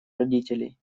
родителей